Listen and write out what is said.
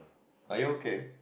are you okay